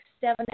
seven